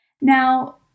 Now